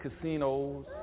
casinos